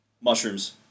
Mushrooms